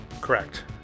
correct